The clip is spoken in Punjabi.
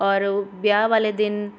ਔਰ ਵਿਆਹ ਵਾਲੇ ਦਿਨ